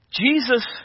Jesus